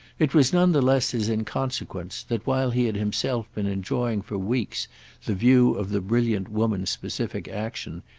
it was none the less his inconsequence that while he had himself been enjoying for weeks the view of the brilliant woman's specific action,